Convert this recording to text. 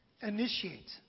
initiate